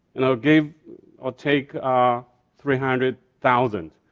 now give or take ah three hundred thousand.